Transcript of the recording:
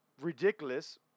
ridiculous